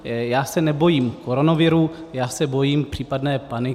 Já se nebojím koronaviru, já se bojím případné paniky.